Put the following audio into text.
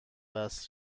وصل